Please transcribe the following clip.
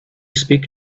speak